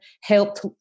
helped